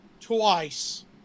twice